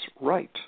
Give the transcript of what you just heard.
right